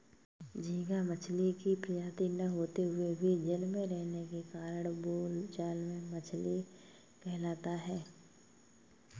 झींगा मछली की प्रजाति न होते हुए भी जल में रहने के कारण बोलचाल में मछली कहलाता है